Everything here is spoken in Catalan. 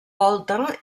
volta